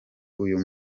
uyu